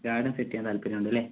garden set ചെയ്യാൻ താല്പര്യമുണ്ടല്ലേ